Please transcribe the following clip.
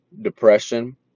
depression